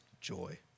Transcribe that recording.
joy